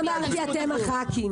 לא אמרתי שאתם חברי הכנסת מתנגדים.